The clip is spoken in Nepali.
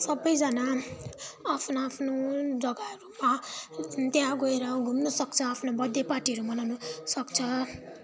सबैजाना आफ्नो आफ्नो जग्गाहरूमा त्यहाँ गएर घुम्न सक्छ आफ्नो बर्थडे पार्टीहरू मनाउन सक्छ